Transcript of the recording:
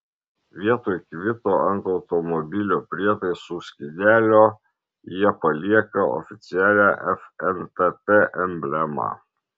vietoj kvito ant automobilio prietaisų skydelio jie palieka oficialią fntt emblemą